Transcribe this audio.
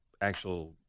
actual